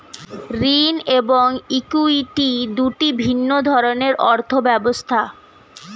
ঋণ এবং ইক্যুইটি দুটি ভিন্ন ধরনের অর্থ ব্যবস্থা